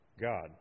God